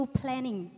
planning